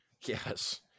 Yes